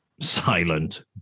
Silent